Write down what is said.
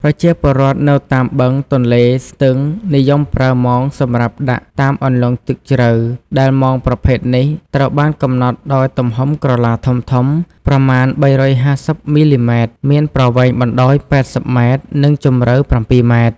ប្រជាពលរដ្ឋនៅតាមបឹង ទន្លេ ស្ទឹង និយមប្រើ មងសម្រាប់ដាក់តាមអន្លង់ទឹកជ្រៅ ដែលមងប្រភេទនេះត្រូវបានកំណត់ដោយទំហំក្រឡាធំៗ ប្រមាណ ៣៥០ មីលីម៉ែត្រ មានប្រវែងបណ្តោយ ៨០ម៉ែត្រ និងជម្រៅ ៧ម៉ែត្រ។